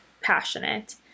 passionate